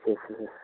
अच्छा अच्छा जी